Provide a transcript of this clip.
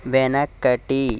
వెనకటి